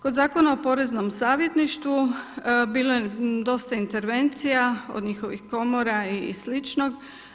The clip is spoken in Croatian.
Kod Zakona o poreznom savjetništvu bilo je dosta intervencija od njihovih komora i sličnog.